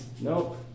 Nope